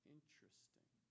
Interesting